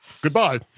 goodbye